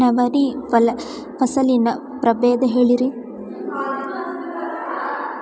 ನವಣಿ ಫಸಲಿನ ಪ್ರಭೇದ ಹೇಳಿರಿ